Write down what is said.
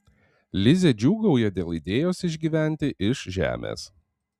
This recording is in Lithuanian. lizė džiūgauja dėl idėjos išgyventi iš žemės